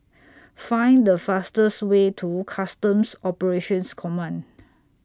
Find The fastest Way to Customs Operations Command